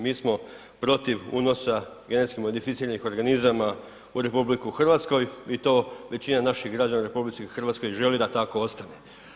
Mi smo protiv unosa genetski modificiranih organizama u RH i to većina naših građana u RH želi da tako ostane.